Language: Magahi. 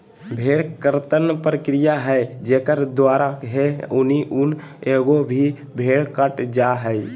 भेड़ कर्तन प्रक्रिया है जेकर द्वारा है ऊनी ऊन एगो की भेड़ कट जा हइ